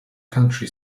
county